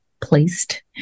placed